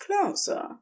closer